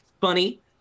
funny